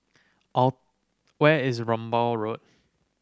where is Rambai Road